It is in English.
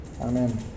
Amen